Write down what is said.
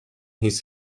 his